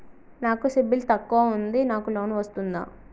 నాకు సిబిల్ తక్కువ ఉంది నాకు లోన్ వస్తుందా?